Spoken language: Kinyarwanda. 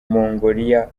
mongolia